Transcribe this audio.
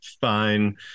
fine